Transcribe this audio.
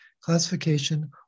classification